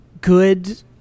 good